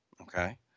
okay